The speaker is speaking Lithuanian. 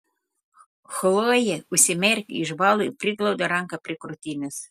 chlojė užsimerkė išbalo ir priglaudė ranką prie krūtinės